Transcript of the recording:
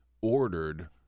ordered